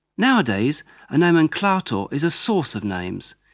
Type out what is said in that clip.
nowadays a nomenclator is a source of names,